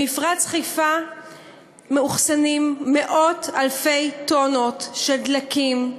במפרץ-חיפה מאוחסנים מאות-אלפי טונות של דלקים,